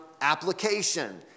application